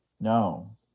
No